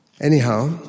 Anyhow